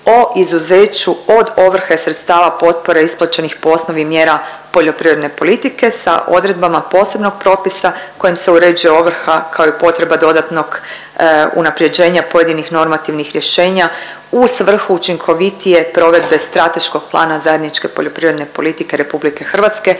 o izuzeću od ovrhe sredstava potpore isplaćenih po osnovi mjera poljoprivredne politike sa odredbama posebnog propisa kojim se uređuje ovrha kao i potreba dodatnog unaprjeđenja pojedinih normativnih rješenja u svrhu učinkovitije provedbe Strateškog plana zajedničke poljoprivredne politike RH za